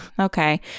Okay